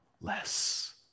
less